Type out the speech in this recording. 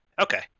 Okay